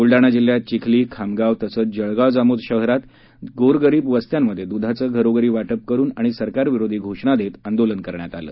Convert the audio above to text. बुलडाणा जिल्ह्यात चिखली खामगाव तसंच जळगाव जामोद शहरात गोरगरीब वस्त्यांमध्ये दुधाचे घरोघरी वाटप करून आणि सरकारविरोधी घोषणा देत आंदोलन करण्यात आलं